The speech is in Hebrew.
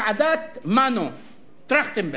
ועדת מנו טרכטנברג.